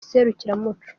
serukiramuco